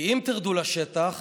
כי אם תרדו לשטח